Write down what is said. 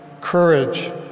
Courage